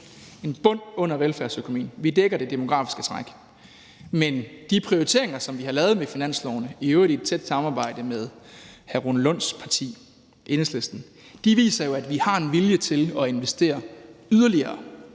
en bund under velfærdsøkonomien og dækker det demografiske træk, men de prioriteringer, som vi har lavet på finansloven – i øvrigt i tæt samarbejde med hr. Rune Lunds parti, Enhedslisten – viser jo, at vi har en vilje til at investere yderligere